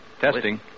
Testing